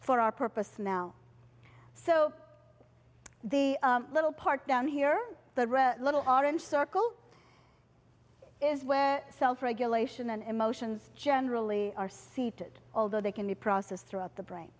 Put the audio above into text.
for our purpose now so the little part down here the red little orange circle is where self regulation and emotions generally are seated although they can be process throughout the brain